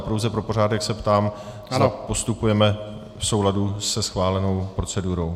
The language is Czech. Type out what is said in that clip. Pouze pro pořádek se ptám, zda postupujeme v souladu se schválenou procedurou.